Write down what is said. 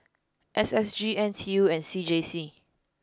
S S G N T U and C J C